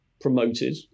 promoted